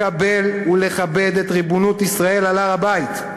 לקבל ולכבד את ריבונות ישראל על הר-הבית,